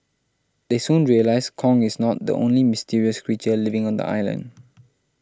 they soon realise Kong is not the only mysterious creature living on the island